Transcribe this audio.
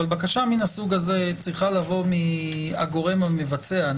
אבל בקשה מן הסוג הזה צריכה לבוא מן הגורם המבצע.